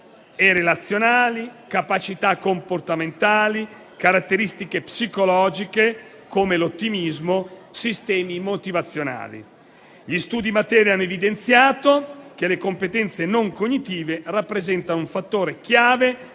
e relazionali, capacità comportamentali, caratteristiche psicologiche, come l'ottimismo, e sistemi motivazionali. Gli studi in materia hanno evidenziato che le competenze non cognitive rappresentano un fattore chiave